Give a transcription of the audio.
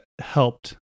helped